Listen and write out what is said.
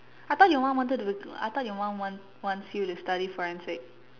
I thought your mom wanted to I thought your mom want wants you to study Forensics